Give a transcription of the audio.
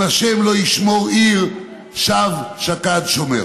אם ה' לא ישמֹר עיר, שוא שקד שומר".